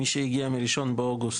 מי שהגיע מ-1 באוגוסט,